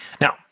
Now